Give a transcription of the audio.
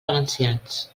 valencians